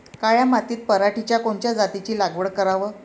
काळ्या मातीत पराटीच्या कोनच्या जातीची लागवड कराव?